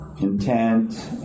intent